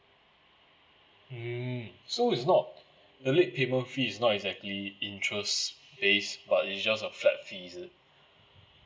mm so it's not the late payment fee is not exactly interests based but is just a flat fee is it